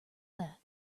that